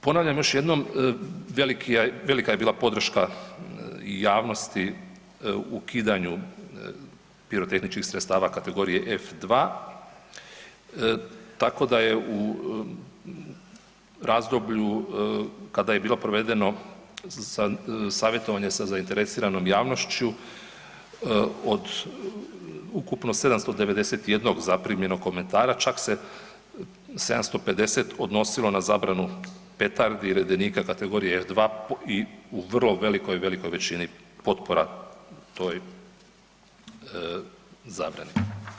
Ponavljam još jednom, velika je bila podrška javnosti u ukidanju pirotehničkih sredstava kategorije F-2, tako da je u razdoblju kada je bilo provedeno savjetovanje sa zainteresiranom javnošću od ukupno 791 zaprimljenog komentara čak se 750 odnosilo na zabranu petardi redenika kategorije R2 i u vrlo velikoj, velikoj većini potpora toj zabrani.